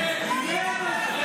אני גאה,